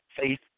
Faith